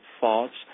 thoughts